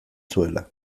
zuela